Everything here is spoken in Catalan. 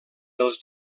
dels